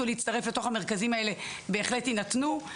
להצטרף למרכזים האלה בהחלט יינתנו.